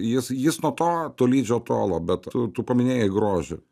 jis jis nuo to tolydžio tolo bet tu tu paminėjai grožį